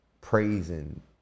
praising